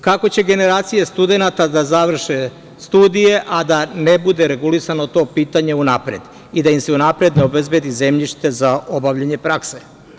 Kako će generacije studenata da završe studije, a da ne bude regulisano to pitanje unapred i da im se unapred ne obezbedi zemljište za obavljanje prakse.